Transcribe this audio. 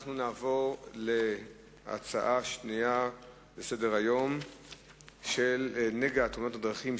אנחנו נעבור להצעה לסדר-היום בנושא: נגע תאונות הדרכים,